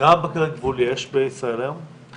כמה יש בישראל היום?